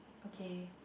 okay